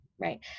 Right